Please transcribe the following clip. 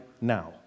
now